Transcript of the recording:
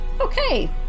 Okay